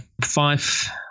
five